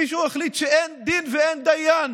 מישהו החליט שאין דין ואין דיין